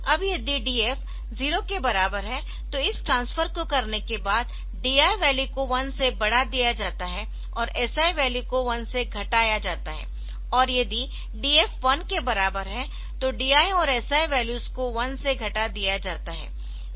अब यदि DF 0 के बराबर है तो इस ट्रांसफर को करने के बाद DI वैल्यू को 1 से बढ़ा दिया जाता है और SI वैल्यू को 1 से घटाया जाता है और यदि DF 1 के बराबर है तो DI और SI वैल्यूज को 1 से घटा दिया जाता है